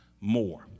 more